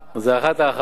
זו אחת ההערכות.